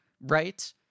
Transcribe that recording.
right